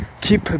Keep